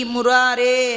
Murare